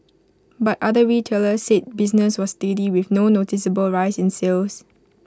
but other retailers said business was steady with no noticeable rise in sales